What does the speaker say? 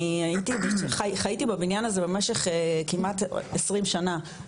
אני חייתי בבניין הזה במשך כמעט 20 שנה,